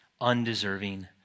undeserving